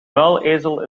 muilezel